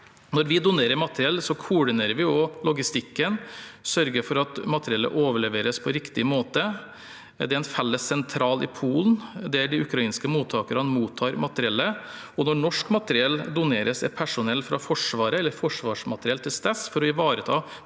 Når vi donerer materiell, koordinerer vi også logistikken og sørger for at materiellet overleveres på riktig måte. Det er en felles sentral i Polen der de ukrainske mottakerne mottar materiellet, og når norsk materiell doneres, er personell fra Forsvaret eller Forsvarsmateriell til stede for å ivareta